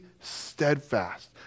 steadfast